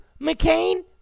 mccain